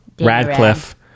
radcliffe